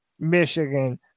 Michigan